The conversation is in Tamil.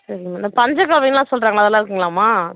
சரிங்கம்மா இந்த பஞ்சகவ்யலாம் சொல்கிறாங்கள அதெல்லாம் இருக்குதுங்களாம்மா